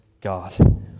God